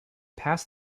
past